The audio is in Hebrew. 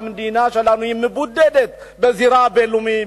המדינה שלנו מבודדת בזירה הבין-לאומית,